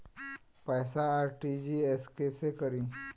पैसा आर.टी.जी.एस कैसे करी?